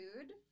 food